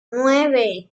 nueve